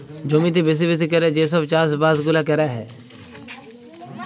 জমিতে বেশি বেশি ক্যরে যে সব চাষ বাস গুলা ক্যরা হ্যয়